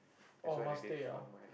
oh must stay ah